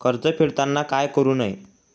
कर्ज फेडताना काय करु नये?